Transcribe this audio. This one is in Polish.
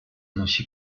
nosi